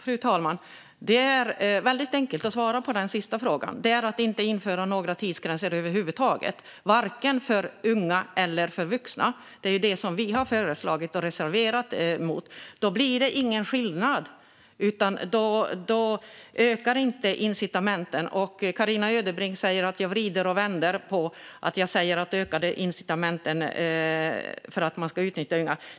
Fru talman! Det är väldigt enkelt att svara på den sista frågan. Det är att inte införa några tidsgränser över huvud taget, varken för unga eller för vuxna. Det är detta vi har föreslagit, och det är där vi har haft reservationer. Då blir det ingen skillnad, och då ökar inte incitamenten. Carina Ödebrink säger att jag vrider och vänder på det och att jag säger att incitamenten för att man ska utnyttja unga ökar.